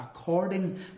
according